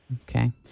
Okay